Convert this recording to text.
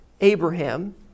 Abraham